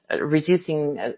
reducing